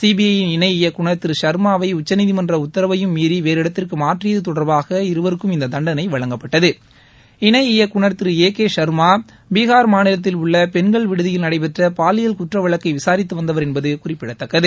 CBI யின் இணை இயக்குநர் திரு சர்மாவை உச்சநீதிமன்ற உத்தரவையும் மீறி வேறிடத்திற்கு மாற்றியது தொடர்பாக இருவருக்கும் இந்த தண்டனை வழங்கப்பட்டது இணை இயக்குநர் திரு ஏ கே சர்மா பீகார் மாநிலத்தில் உள்ள பெண்கள் விடுதியில் நடைபெற்ற பாலியல் குற்ற வழக்கை விசாரித்து வந்தவர் என்பது குறிப்பிடத்தக்கது